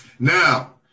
Now